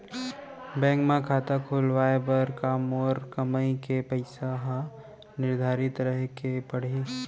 Bank म खाता खुलवाये बर का मोर कमाई के पइसा ह निर्धारित रहे के पड़ही?